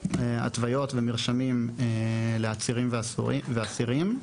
התוויות ומרשמים לעצירים ואסירים.